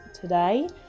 today